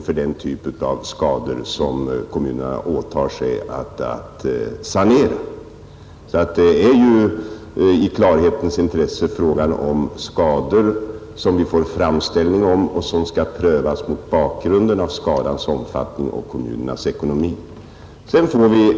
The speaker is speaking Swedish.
Först skall alltså kommunerna göra framställningar om ersättning, sedan skall framställningarna prövas mot bakgrund av skadornas omfattning och kommunernas ekonomi.